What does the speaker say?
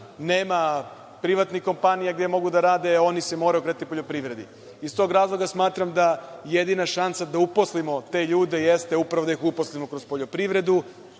nema privatnih kompanija gde mogu da rade, oni se moraju obratiti poljoprivredi. Iz tog razloga smatram da jedina šansa da uposlimo te ljude jeste upravo da ih uposlimo kroz poljoprivredu